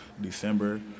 December